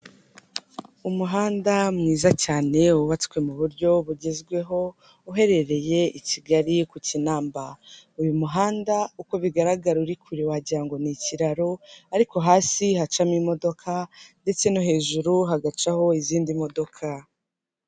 Umuhanda mwiza cyane wubatswe mu buryo bugezweho uherereye i Kigali, ku Kinamba. Uyu muhanda uko bigaragara uri kure wagirango ni ikiraro, ariko hasi hacamo imodoka ndetse no hejuru hagacaho izindi modoka.